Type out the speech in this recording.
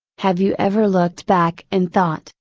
have you ever looked back and thought,